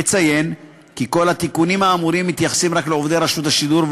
אציין כי כל התיקונים האמורים מתייחסים רק לעובדי רשות השידור,